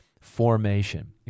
formation